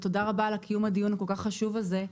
ותודה רבה על קיום הדיון הכול כך חשוב הזה.